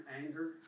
anger